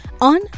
on